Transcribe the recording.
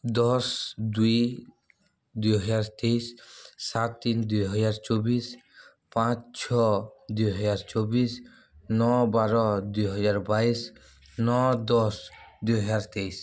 ଦଶ ଦୁଇ ଦୁଇହଜାର ତେଇଶି ସାତ ତିନି ଦୁଇହଜାର ଚବିଶ ପାଞ୍ଚ ଛଅ ଦୁଇହଜାର ଚବିଶ ନଅ ବାର ଦୁଇହଜାର ବାଇଶ ନଅ ଦଶ ଦୁଇହଜାର ତେଇଶି